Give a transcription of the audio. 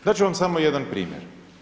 Dat ću vam samo jedan primjer.